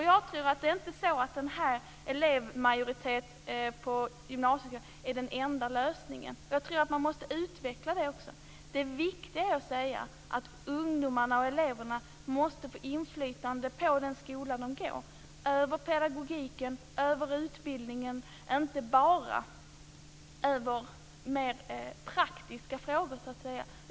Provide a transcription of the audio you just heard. Jag tror inte att elevmajoritet i gymnasieskolornas styrelser är den enda lösningen. Jag tror att man måste utveckla det också. Det viktiga är att säga att ungdomarna och eleverna måste få inflytande på den skola där de går, över pedagogiken och över utbildningen och inte bara över mer praktiska frågor.